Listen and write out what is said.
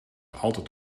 altijd